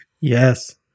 Yes